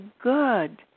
good